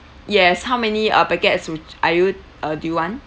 yes how many uh packets would are you uh do you want